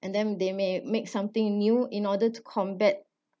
and then they may make something new in order to combat